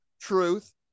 Truth